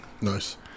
Nice